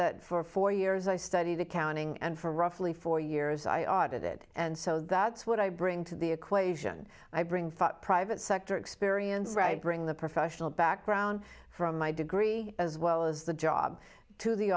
that for four years i studied accounting and for roughly four years i audited and so that's what i bring to the equation i bring thought private sector experience bring the professional background from my degree as well as the job to the